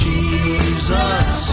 Jesus